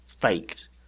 faked